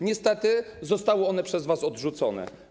Niestety zostały one przez was odrzucone.